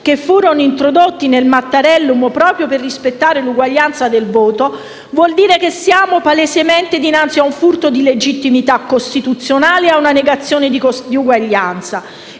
che furono introdotti nel Mattarellum proprio per rispettare l'uguaglianza del voto vuol dire che siamo palesemente dinanzi a un furto di legittimità costituzionale e a una negazione di uguaglianza.